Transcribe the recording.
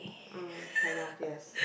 mm kind of yes